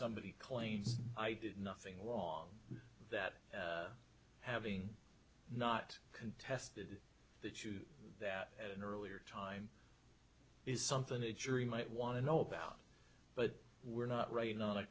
somebody claims i did nothing wrong that having not contested that you do that at an earlier time is something the jury might want to know about but we're not writing on a